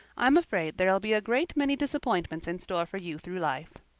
i'm afraid there'll be a great many disappointments in store for you through life.